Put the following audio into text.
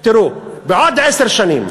תראו, בעוד עשר שנים,